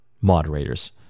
moderators